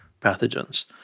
pathogens